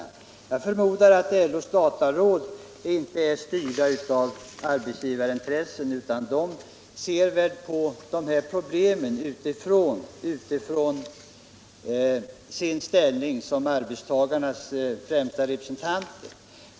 I det sammanhanget förmodar jag att LO:s dataråd inte är styrt av arbetsgivarintressen, utan att man inom rådet ser på dessa problem utifrån sin ställning som arbetstagarnas främsta representanter.